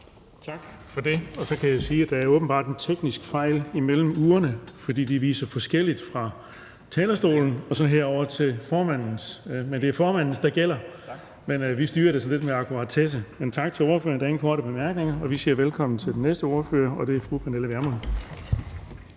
Tak for det. Så kan jeg sige, at der åbenbart er en teknisk fejl i urene, for uret på talerstolen og formandens ur viser noget forskelligt. Men det er formandens, der gælder. Vi styrer det med akkuratesse. Tak til ordføreren. Der er ingen korte bemærkninger, og så siger vi velkommen til den næste ordfører, og det er fru Pernille Vermund.